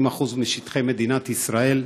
80% משטחי מדינת ישראל,